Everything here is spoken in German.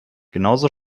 genauso